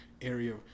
area